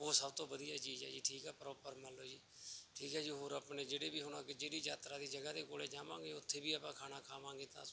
ਉਹ ਸਭ ਤੋਂ ਵਧੀਆ ਚੀਜ਼ ਹੈ ਜੀ ਠੀਕ ਹੈ ਪ੍ਰੋਪਰ ਮੰਨ ਲਓ ਜੀ ਠੀਕ ਹੈ ਜੀ ਹੋਰ ਆਪਣੇ ਜਿਹੜੇ ਵੀ ਹੁਣ ਅੱਗੇ ਜਿਹੜੀ ਯਾਤਰਾ ਦੀ ਜਗ੍ਹਾ ਦੇ ਕੋਲ ਜਾਵਾਂਗੇ ਉੱਥੇ ਵੀ ਆਪਾਂ ਖਾਣਾ ਖਾਵਾਂਗੇ ਤਾਂ